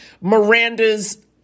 Miranda's